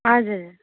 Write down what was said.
हजुर